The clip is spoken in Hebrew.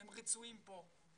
אתם רצויים כאן,